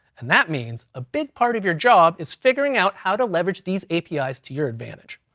and that means a big part of your job is figuring out how to leverage these apis to your advantage.